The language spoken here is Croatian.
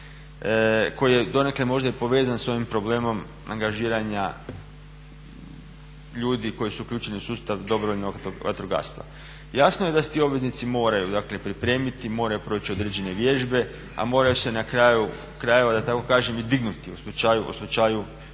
koji je donekle možda i povezan s ovim problemom angažiranja ljudi koji su uključeni u sustav dobrovoljnog vatrogastva. Jasno je da se ti obveznici moraju dakle pripremiti, moraju proći određene vježbe, a moraju se na kraju krajeva da tako kažem i dignuti u slučaju